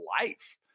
life